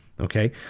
okay